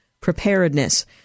preparedness